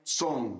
song